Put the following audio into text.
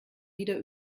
wieder